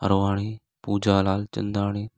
Harwani Pooja Ramchandani